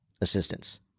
assistance